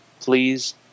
please